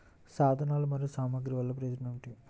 సాధనాలు మరియు సామగ్రి వల్లన ప్రయోజనం ఏమిటీ?